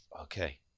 okay